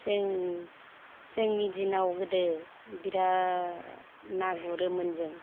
जों जोंनि दिनाव गोदो बिराद ना गुरोमोन जों